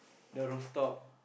the rooftop